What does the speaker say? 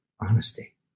honesty